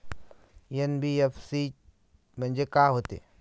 NBFC म्हणजे का होते?